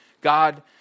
God